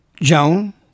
Joan